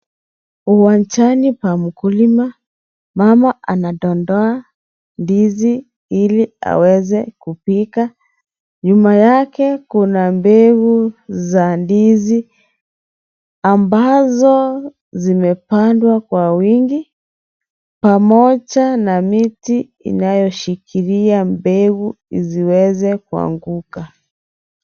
Uwanjani pa mkulima, mama anadondoa ndizi ili aweze kupika. Nyuma yake kuna mbegu za ndizi ambazo zimepandwa kwa wingi pamoja na miti inayoshikilia mbegu isiweze kuanguka.